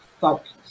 focus